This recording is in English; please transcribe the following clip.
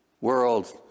world